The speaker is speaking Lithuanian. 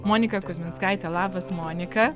monika kuzminskaite labas monika